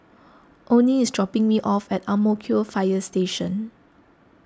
Onie is dropping me off at Ang Mo Kio Fire Station